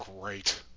great